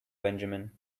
benjamin